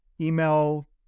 email